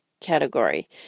category